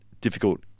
difficult